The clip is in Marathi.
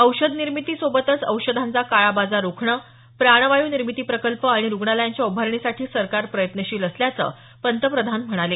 औषध निर्मितीसोबतच औषधांचा काळाबाजार रोखणं प्राणवायू निर्मिती प्रकल्प आणि रुग्णालयांच्या उभारणीसाठी सरकार प्रयत्नशील असल्याचं पंतप्रधान म्हणाले